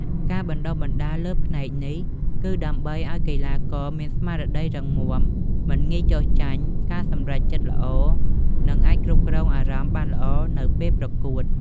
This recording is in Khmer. ការបណ្តុះបណ្តាលលើផ្នែកនេះគឺដើម្បីឲ្យកីឡាករមាន ស្មារតីរឹងមាំ មិនងាយចុះចាញ់ ការសម្រេចចិត្តល្អ និងអាចគ្រប់គ្រងអារម្មណ៍បានល្អនៅពេលប្រកួត។